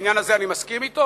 בעניין הזה אני מסכים אתו,